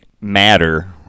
matter